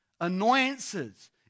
annoyances